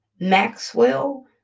Maxwell